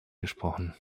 gesprochen